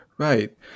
Right